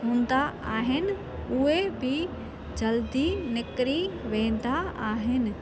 हूंदा आहिनि उहे बि जल्दी निकिरी वेंदा आहिनि